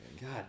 god